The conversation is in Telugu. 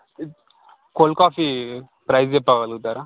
కోల్డ్ కాఫీ ప్రైజ్ చెప్పగలుగుతారా